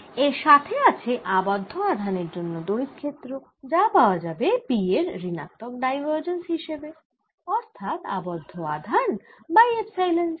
এর সাথে আছে আবদ্ধ আধানের জন্য তড়িৎ ক্ষেত্র যা পাওয়া যাবে P এর ঋণাত্মক ডাইভার্জেন্স হিসেবে অর্থাৎ আবদ্ধ আধান বাই এপসাইলন 0